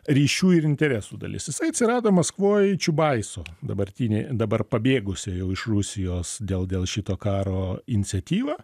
ryšių ir interesų dalis jisai atsirado maskvoj čiubaiso dabartinė dabar pabėgusio jau iš rusijos dėl dėl šito karo iniciatyva